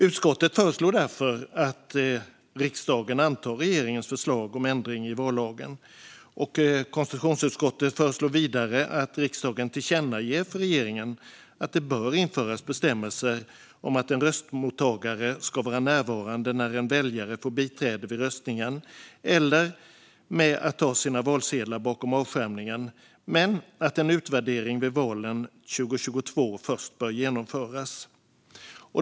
Utskottet föreslår därför att riksdagen antar regeringens förslag om ändring i vallagen. Konstitutionsutskottet föreslår vidare att riksdagen tillkännager för regeringen att det bör införas bestämmelser om att en röstmottagare ska vara närvarande när en väljare får biträde vid röstningen eller med att ta sina valsedlar bakom avskärmningen, men att en utvärdering vid valen 2022 först bör genomföras.